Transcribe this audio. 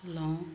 লওঁ